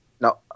No